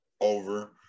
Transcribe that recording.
over